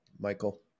michael